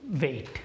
wait